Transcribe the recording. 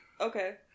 okay